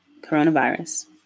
coronavirus